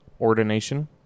ordination